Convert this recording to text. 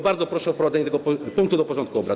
Bardzo proszę o wprowadzenie tego punktu do porządku obrad.